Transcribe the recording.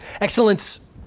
excellence